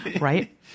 Right